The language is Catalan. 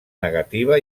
negativa